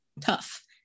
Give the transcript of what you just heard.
tough